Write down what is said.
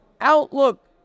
outlook